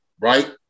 right